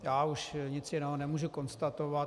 Já už nic jiného nemůžu konstatovat.